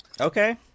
Okay